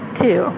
two